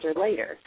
later